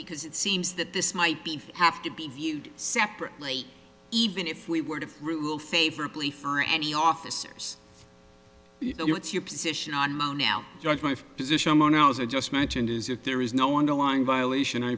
because it seems that this might be for have to be viewed separately even if we were to rule favorably for any officers what's your position on now now my position on ows i just mentioned is if there is no underlying violation i